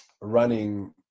running